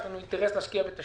יש לנו אינטרס להשקיע בתשתית